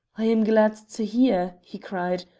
i am glad to hear, he cried,